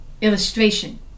illustration